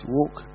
walk